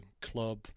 club